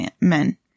Men